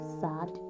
sad